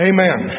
Amen